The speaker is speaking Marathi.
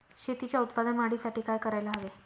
शेतीच्या उत्पादन वाढीसाठी काय करायला हवे?